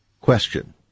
Question